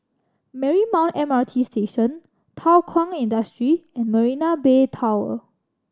Marymount M R T Station Thow Kwang Industry and Marina Bay Tower